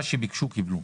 מה שביקשו קיבלו.